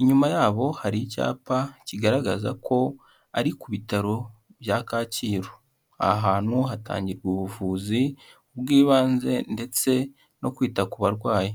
inyuma yabo hari icyapa kigaragaza ko ari ku bitaro bya Kacyiru, aha hantu hatangirwa ubuvuzi bw'ibanze ndetse no kwita ku barwayi.